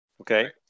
okay